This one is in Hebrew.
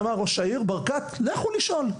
ראש העיר ברקת אמר, לכו לשאול.